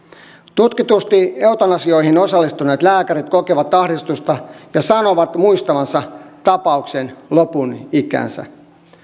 tutkitusti eutanasioihin osallistuneet lääkärit kokevat ahdistusta ja sanovat muistavansa tapauksen lopun ikäänsä